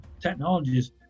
technologies